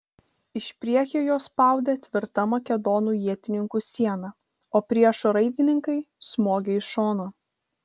iš priekio juos spaudė tvirta makedonų ietininkų siena o priešo raitininkai smogė iš šono